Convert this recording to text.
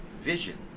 vision